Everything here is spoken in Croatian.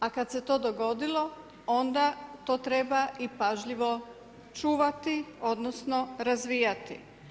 A kada se to dogodilo onda to treba i pažljivo čuvati odnosno razvijati.